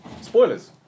spoilers